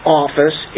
office